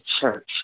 church